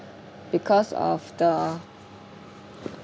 because of the